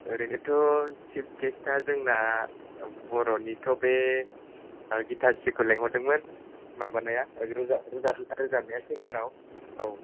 ओरैनोथ' सिफ गेस्थ या जोंना बर'निथ' बे गीतास्रिखौ लेंहरदोंमोन माबानाया रोजाब रोजाब रोजाबनाया सिंगाराव औ